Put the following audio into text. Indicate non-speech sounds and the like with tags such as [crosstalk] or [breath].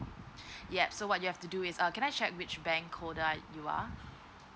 [breath] yeah so what you have to do is err can I check which bank holder are you are